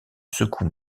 secoue